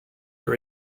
your